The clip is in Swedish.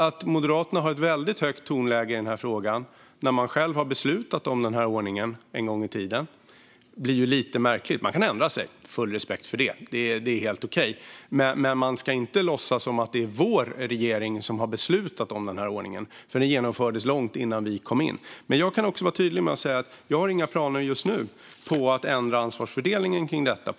Att Moderaterna har ett väldigt högt tonläge i denna fråga när ni själva har beslutat om den här ordningen en gång i tiden blir ju lite märkligt. Man kan ändra sig; jag har full respekt för det. Det är helt okej. Men man ska inte låtsas som att det är vår regering som har beslutat om den här ordningen, för den genomfördes långt innan vi kom in. Men jag kan vara tydlig och säga att vi inte just nu har några planer på att ändra ansvarsfördelningen kring detta.